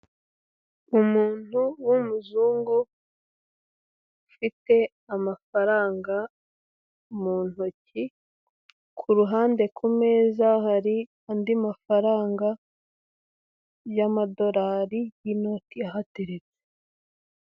Umuntu w'umuzungu ufite amafaranga mu ntoki, ku ruhande ku meza hari andi mafaranga y'amadorari y'inoti ahateretse.